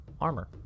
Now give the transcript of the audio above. armor